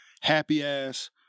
happy-ass